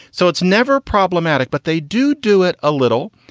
so it's never problematic, but they do do it a little.